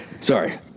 Sorry